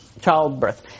childbirth